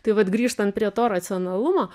tai vat grįžtant prie to racionalumo